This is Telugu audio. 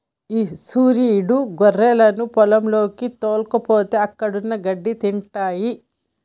ఈ సురీడు గొర్రెలను పొలంలోకి తోల్కపోతే అక్కడున్న గడ్డి తింటాయి